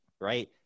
right